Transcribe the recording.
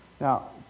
Now